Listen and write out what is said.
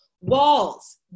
Walls